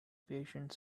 patient